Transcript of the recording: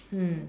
mm